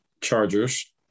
chargers